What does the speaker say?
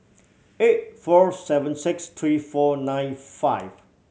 eight four seven six three four nine five